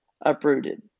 uprooted